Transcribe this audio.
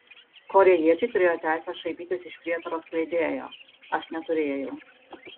korėjiečiai turėjo teisę šaipytis iš prietaro skleidėjo aš neturėjau